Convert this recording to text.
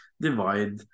divide